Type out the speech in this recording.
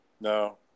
No